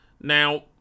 Now